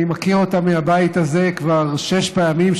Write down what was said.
אני מכיר אותה מהבית הזה כבר שש פעמים,